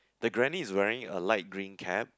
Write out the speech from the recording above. the granny is wearing a light green cap